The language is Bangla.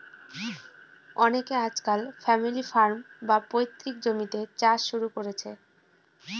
অনকে আজকাল ফ্যামিলি ফার্ম, বা পৈতৃক জমিতে চাষ শুরু করেছে